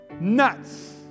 nuts